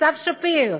סתיו שפיר,